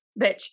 bitch